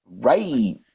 right